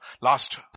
last